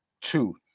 Two